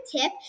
tip